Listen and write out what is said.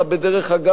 כבדרך אגב,